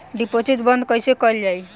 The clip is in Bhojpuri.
डिपोजिट बंद कैसे कैल जाइ?